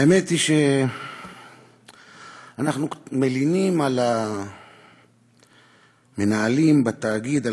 האמת היא שאנחנו מלינים על המנהלים בתאגיד על